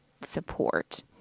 support